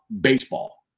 baseball